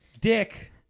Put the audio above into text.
Dick